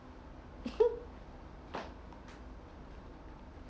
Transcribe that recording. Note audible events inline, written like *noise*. *laughs*